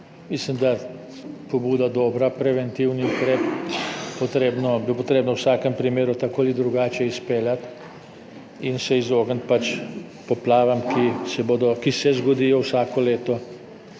Mislim, da je pobuda dobra, preventivni ukrep bo potrebno v vsakem primeru tako ali drugače izpeljati in se izogniti poplavam, ki se zgodijo vsako leto.